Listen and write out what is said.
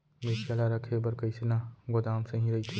मिरचा ला रखे बर कईसना गोदाम सही रइथे?